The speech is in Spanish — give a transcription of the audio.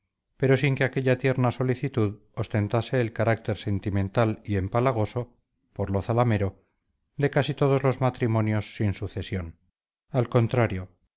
pero sin que aquella tierna solicitud ostentase el carácter sentimental y empalagoso por lo zalamero de casi todos los matrimonios sin sucesión al contrario